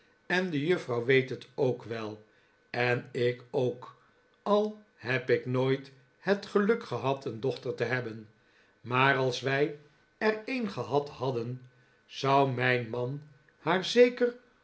en de juffrouw weet het ook wel en ik ook al heb ik nooit het geluk gehad een dochter te hebben maar als wij er een gehad hadden zou mijn man haar zeker